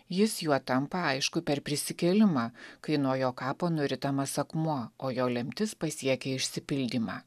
jis juo tampa aišku per prisikėlimą kai nuo jo kapo nuritamas akmuo o jo lemtis pasiekia išsipildymą